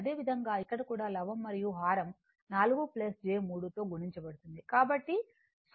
అదేవిధంగా ఇక్కడ కూడా లవం మరియు హారం 4 j 3 తో గుణించబడుతుంది